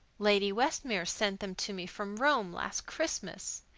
lady westmere sent them to me from rome last christmas.